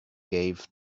gave